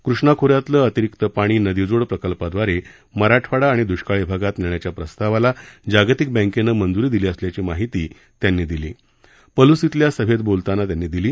कृष्णा खोऱ्यातलं अतिरिक्त पाणी नदीजोड प्रकल्पाद्वारे मराठवाडा आणि दृष्काळी भागात नेण्याच्या प्रस्तावाला जागतिक बँकेने मंजूरी दिली असल्याची माहिती त्यांनी दिली पलूस इथल्या सभेत बोलतांना दिली